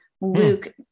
luke